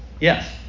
yes